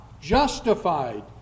justified